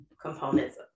components